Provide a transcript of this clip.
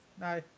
no